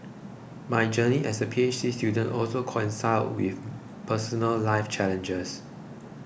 my journey as a P H D student also coincided with personal life challenges